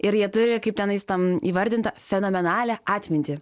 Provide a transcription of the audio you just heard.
ir jie turi kaip tenais tam įvardinta fenomenalią atmintį